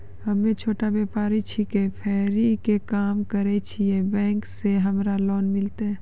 हम्मे छोटा व्यपारी छिकौं, फेरी के काम करे छियै, बैंक से हमरा लोन मिलतै?